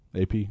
AP